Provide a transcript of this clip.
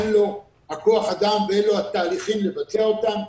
אין לו כוח אדם ואין לו את התהליכים לבצע אותם.